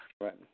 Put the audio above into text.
Right